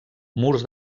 murs